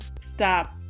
stop